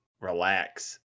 relax